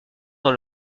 dans